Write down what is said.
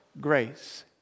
grace